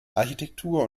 architektur